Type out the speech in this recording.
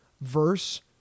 verse